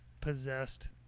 possessed